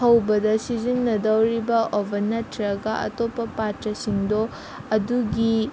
ꯍꯧꯕꯗ ꯁꯤꯖꯤꯟꯅꯗꯧꯔꯤꯕ ꯑꯣꯚꯟ ꯅꯠꯇ꯭ꯔꯒ ꯑꯇꯣꯞꯄ ꯄꯥꯇ꯭ꯔꯁꯤꯡꯗꯣ ꯑꯗꯨꯒꯤ